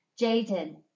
Jaden